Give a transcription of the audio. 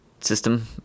system